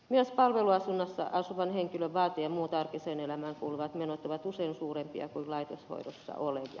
myös palveluasunnossa asuvan henkilön vaate ja muut arkiseen elämään kuuluvat menot ovat usein suurempia kuin laitoshoidossa olevilla